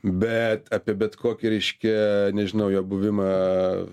bet apie bet kokį reiškia nežinau jo buvimą